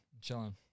Chilling